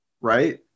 right